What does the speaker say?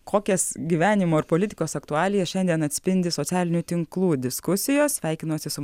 kokias gyvenimo ir politikos aktualija šiandien atspindi socialinių tinklų diskusijos sveikinosi su